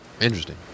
Interesting